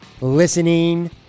listening